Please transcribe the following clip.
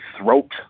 throat